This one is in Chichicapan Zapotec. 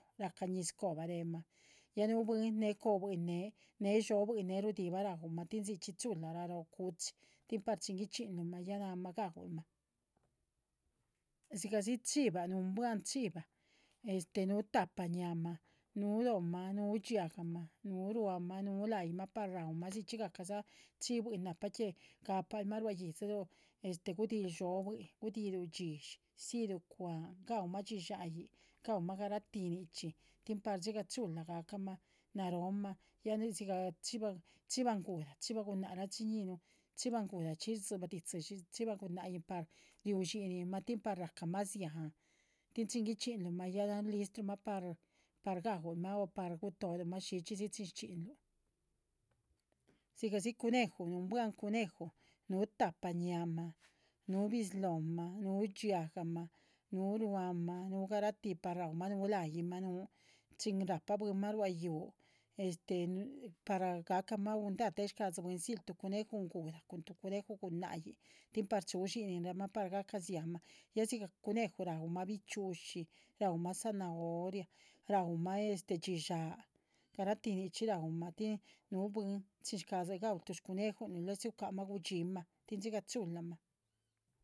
Racah ñizcóhba re´ma ya núu bwin néh cóhbuin néh, néh dhxóbuin néh runiꞌhimara’uma tín dzi chxí chula ra’ro cu’chi tín par chín guichxínluh ya náhama ga’ulhma;. dhxígahdzi chiva nuunbuah chiva, nu tahpa ñaa’ma, nu lohma, nu dxiahgama, nu ruá’ma, nu la´yihma, par ra’uma, ya dzi chxí gahcaza chivuhin na’pah que gahapal’ma. rua yídziluh, este gudiꞌhil dhxóbuin gudiꞌhiluh yidxi dzilu shcwa´han ga’uma dxíshaaín ga’uma garahti nichxi tín par dhxígah chula gacahma naróoma ya dhxígah. chiva chivan nguhla chiva gunáhc rañihnu chinva nguhladzi tsiba guiyáhc chiva gunáhin tín par rihu dxíninma, tín par gahcama dzia´hn, tín chín guichxínluhma ya. náha listruma par ga’ulma o par guto´luhma shichisi chin shchxínluh; dhxígahdzi cuneju, nuunbuah cuneju, nu tahpa ñaa’ma, nu bizlóhma, nu dxiahgama, nu ruá’ma, nu garahti par ra’uma, nu la´yihma, nu, chin ra´pah bwinma rua yuhu par gacahma abundar tin ayiih shca´dzi bwin dzi tuh cuneju nguhla cun tuh cuneju gunáhin tín. par chu dxíninra’ma par gacah dzia´hnma, ya dhxígah cuneju ra’uma bichxi´ushi ra’uma zanahoria ra’uma este dxíshaa garahti nichxi ra’uma tín nuhu bwin chín shca´dzi. ga’ulh tuh cunejunluh luegusi gucahma gudxiínnma tín dhxígah chulama